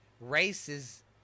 races